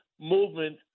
movement